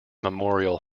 memorial